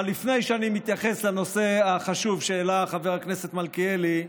אבל לפני שאני מתייחס לנושא החשוב שהעלה חבר הכנסת מלכיאלי,